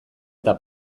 eta